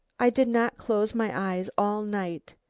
i did not close my eyes all night.